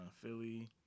Philly